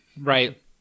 right